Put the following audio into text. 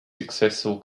successful